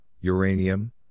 uranium